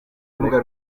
rubuga